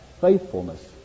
faithfulness